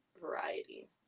variety